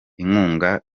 inkunga